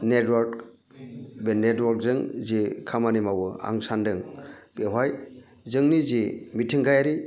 network बे नेटवार्कजों जे खामानि मावो आं सानदों बेवहाय जोंनि जि मिथिंगायारि